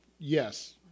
Yes